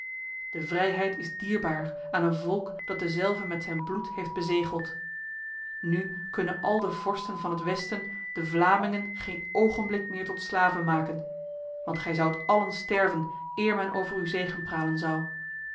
de vrijheid is dierbaar aan een volk dat dezelve met zijn bloed heeft bezegeld nu kunnen al de vorsten van het westen de vlamingen geen ogenblik meer tot slaven maken want gij zoudt allen sterven eer men over u zegepralen zou